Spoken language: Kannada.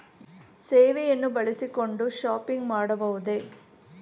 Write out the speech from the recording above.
ಸೇವೆಯನ್ನು ಬಳಸಿಕೊಂಡು ಶಾಪಿಂಗ್ ಮಾಡಬಹುದೇ?